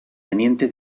teniente